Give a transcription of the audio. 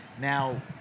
Now